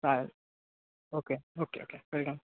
काय okay okay okay welcome